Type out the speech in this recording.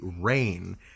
rain